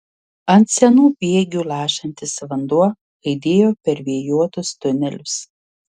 ant senų bėgių lašantis vanduo aidėjo per vėjuotus tunelius